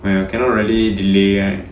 oh ya cannot really delay right